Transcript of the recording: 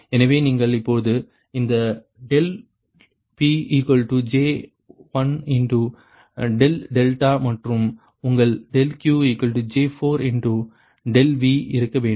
எனவே நீங்கள் இப்போது அந்த ∆P J1 ∆δ மற்றும் உங்கள் ∆Q J4 ∆V இருக்க வேண்டும்